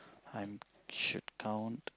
I should count